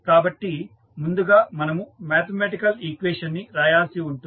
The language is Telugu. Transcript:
కాబట్టి ముందుగా మనము మ్యాథమెటికల్ ఈక్వేషన్ ని రాయాల్సి ఉంటుంది